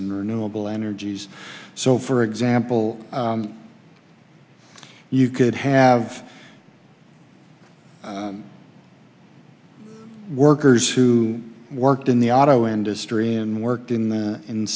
in renewable energies so for example you could have workers who worked in the auto industry and worked in the in